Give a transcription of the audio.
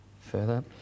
further